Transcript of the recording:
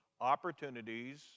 opportunities